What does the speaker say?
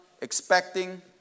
expecting